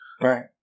Right